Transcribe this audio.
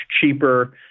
cheaper